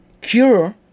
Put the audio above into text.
cure